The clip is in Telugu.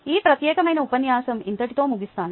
ఈ ప్రత్యేకమైన ఉపన్యాసం ఇంతటితో ముగిస్తునాను